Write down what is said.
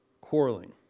Quarreling